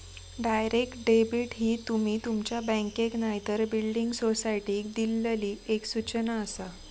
direct debit ही तुमी तुमच्या बँकेक नायतर बिल्डिंग सोसायटीक दिल्लली एक सूचना आसा